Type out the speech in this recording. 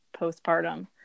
postpartum